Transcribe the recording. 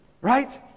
Right